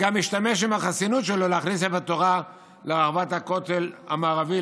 וגם השתמש בחסינות שלו להכניס ספר תורה לרחבת הכותל המערבי,